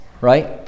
right